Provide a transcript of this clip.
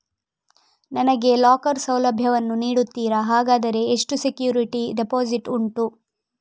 ನನಗೆ ಲಾಕರ್ ಸೌಲಭ್ಯ ವನ್ನು ನೀಡುತ್ತೀರಾ, ಹಾಗಾದರೆ ಎಷ್ಟು ಸೆಕ್ಯೂರಿಟಿ ಡೆಪೋಸಿಟ್ ಉಂಟು?